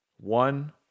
One